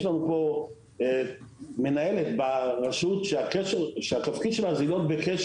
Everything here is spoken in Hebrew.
יש לנו מנהלת ברשות שהתפקיד שלה זה להיות בקשר,